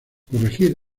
corregir